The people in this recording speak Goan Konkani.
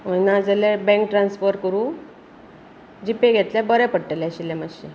नाजाल्यार बॅंक ट्रान्सफर करूं जिपे घेतल्यार बरें पडटले आशिल्लें मातशें